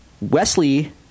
Wesley